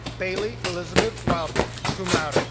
bailey elizabeth wildman, cum laude.